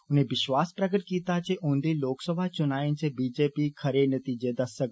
उनें विष्वास प्रगट कीता जे औदे लोकसभा चुनाए च बी जे पी खरी नतीजे दस्सग